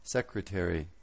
Secretary